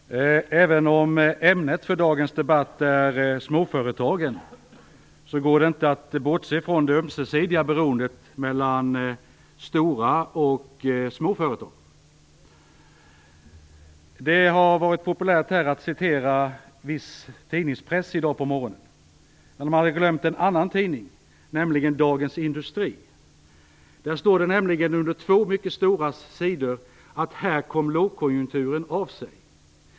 Herr talman! Även om ämnet för dagens debatt är småföretagen går det inte att bortse från det ömsesidiga beroendet mellan stora och små företag. Det har varit populärt att citera viss press i dag på morgonen. Man har glömt en tidning, nämligen Dagens Industri. Där står det nämligen på två sidor att lågkonjunkturen kom av sig.